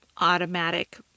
automatic